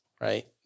right